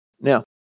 Now